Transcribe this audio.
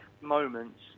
moments